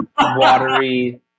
watery